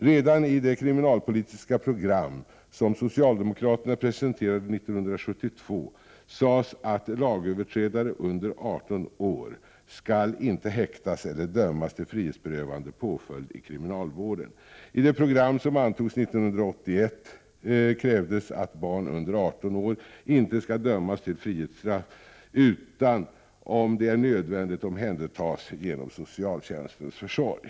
Redan i det kriminalpolitiska program som socialdemokraterna presenterade 1972 sades att lagöverträdare under 18 år inte skall kunna häktas eller dömas till frihetsberövande påföljd i kriminalvården. I det program som antogs 1981 krävdes att barn under 18 år inte skall dömas till frihetsstraff utan, om det är nödvändigt, omhändertas genom socialtjänstens försorg.